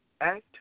Act